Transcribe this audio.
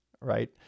right